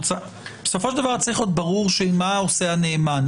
בסופו של דבר צריך להיות ברור מה עושה הנאמן.